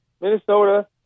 Minnesota